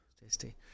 Tasty